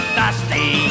dusty